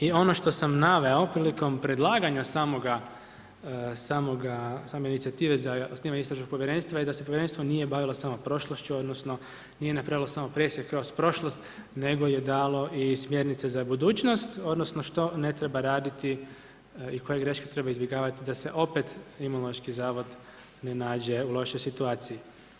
I ono što sam naveo prilikom predlaganja same inicijative za osnivanje istražnog povjerenstva je da se povjerenstvo nije bavilo samo prošlošću, odnosno nije napravilo samo presjek kroz prošlost nego je dalo i smjernice za budućnost odnosno što ne treba raditi i koje greške treba izbjegavati da se opet Imunološki zavod ne nađe u lošoj situaciji.